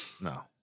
No